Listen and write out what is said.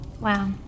wow